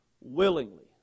willingly